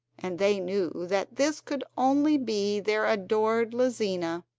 and they knew that this could only be their adored lizina.